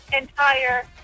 entire